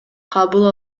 кабыл